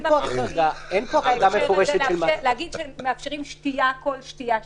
אין פה החרגה מפורשת של ------ להגיד שמאפשרים כל שתייה שהיא.